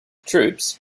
troops